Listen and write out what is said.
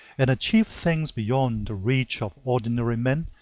and achieve things beyond the reach of ordinary men,